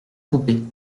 coupé